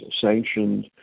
sanctioned